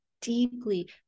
deeply